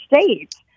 states